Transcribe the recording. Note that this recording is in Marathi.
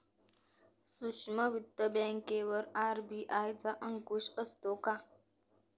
सूक्ष्म वित्त बँकेवर आर.बी.आय चा अंकुश असतो का?